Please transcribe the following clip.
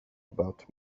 about